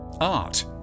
Art